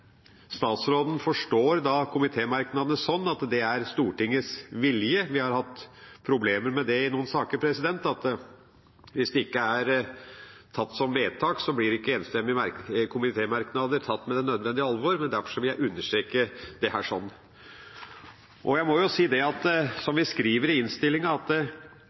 statsråden forstår komitémerknadene sånn at det er Stortingets vilje. Vi har i noen saker hatt problemer med at hvis det ikke er innstilt som vedtak, blir ikke enstemmige komitémerknader tatt med det nødvendige alvor. Derfor vil jeg understreke dette. Jeg må si, som vi skriver i innstillinga, at «styringsdialogen mellom departementet og Forsvarsbygg ikke har gitt noen signaler om hvilke typer eiendommer, bygg og anlegg som